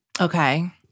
Okay